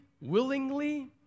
willingly